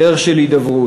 דרך של הידברות,